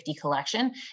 collection